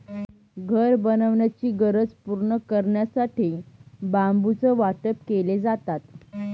घर बनवण्याची गरज पूर्ण करण्यासाठी बांबूचं वाटप केले जातात